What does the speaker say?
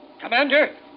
Commander